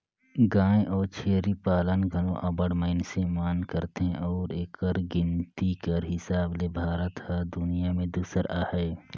गाय अउ छेरी पालन घलो अब्बड़ मइनसे मन करथे अउ एकर गिनती कर हिसाब ले भारत हर दुनियां में दूसर अहे